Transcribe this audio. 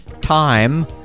time